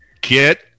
get